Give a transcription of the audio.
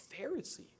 Pharisee